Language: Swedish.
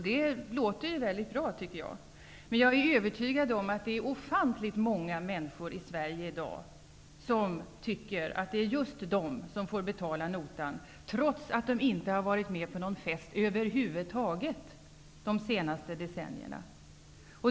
Det låter väldigt bra, tycker jag, men jag är övertygad om att ofantligt många människor i Sverige i dag tycker att det är just dessa som får betala notan, trots att de inte har varit med på någon fest över huvud taget de senaste decennierna.